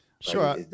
Sure